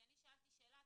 כי אני שאלתי שאלה,